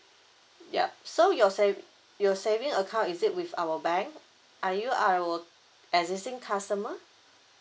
yup so your~ your saving account is it with our bank are you our existing customer